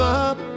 up